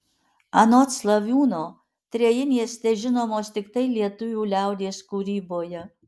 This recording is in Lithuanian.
anot slaviūno trejinės težinomos tiktai lietuvių liaudies kūryboje